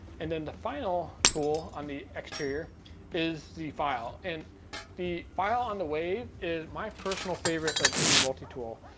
and then the final tool on the exterior is the file. and the file on the wave is my personal favorite of any multi-tool,